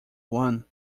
one